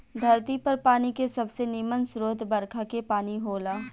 धरती पर पानी के सबसे निमन स्रोत बरखा के पानी होला